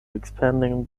expanding